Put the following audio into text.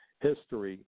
History